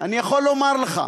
אני יכול לומר לך,